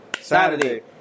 Saturday